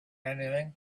anything